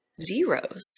zeros